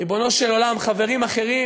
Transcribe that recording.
ריבונו של עולם, חברים אחרים